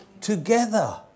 Together